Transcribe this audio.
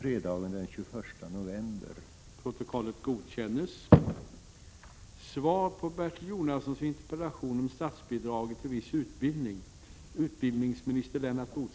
131 3. Avser statsrådet att förhindra neddragningar av utbildningsutbudet i regioner som samtidigt är föremål för särskilda satsningar genom Bergslagspaketet?